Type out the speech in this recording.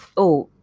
oh!